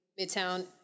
Midtown